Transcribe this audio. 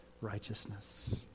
righteousness